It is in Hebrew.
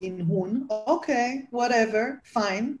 OK, what ever, fine